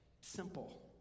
simple